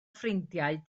ffrindiau